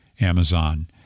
Amazon